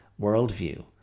worldview